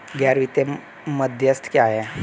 गैर वित्तीय मध्यस्थ क्या हैं?